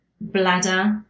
bladder